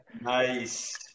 Nice